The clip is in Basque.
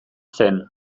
zen